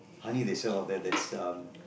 honey they sell out there that's um